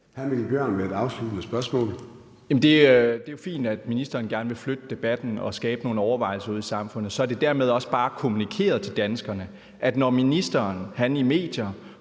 Det er jo fint, at ministeren gerne vil flytte debatten og skabe nogle overvejelser ude i samfundet. Så er det dermed også bare kommunikeret til danskerne, at når ministeren går